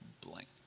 blank